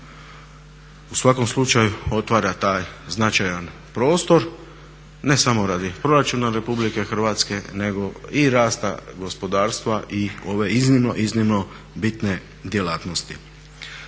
u svakom slučaju otvara taj značajan prostor ne samo radi proračuna RH nego i rasta gospodarstva i ove iznimno, iznimno bitne djelatnosti.